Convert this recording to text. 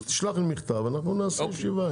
שלח לי מכתב ואנחנו נקיים ישיבה.